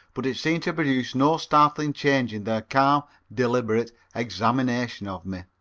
but it seemed to produce no startling change in their calm, deliberate examination of me.